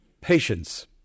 Patience